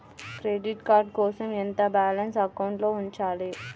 Credit card కోసం ఎంత balance అకౌంట్లో ఉంచాలి?